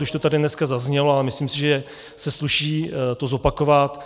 Už to tady dneska zaznělo a myslím si, že se sluší to zopakovat.